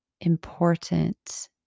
important